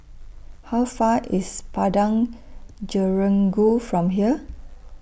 How Far IS Padang Jeringau from here